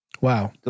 Wow